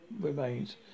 remains